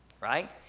Right